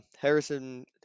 Harrison